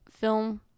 film